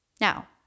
Now